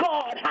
God